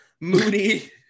moody